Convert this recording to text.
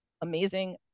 amazing